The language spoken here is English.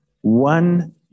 one